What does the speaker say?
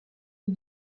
est